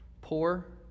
poor